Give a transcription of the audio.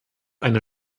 eine